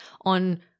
on